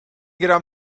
گیرم